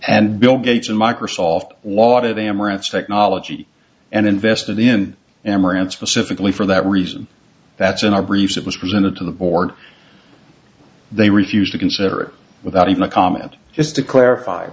and bill gates and microsoft lot of amaranth's technology and invested in amaranth specifically for that reason that's in our briefs it was presented to the board they refused to consider it without even a comment just to clarify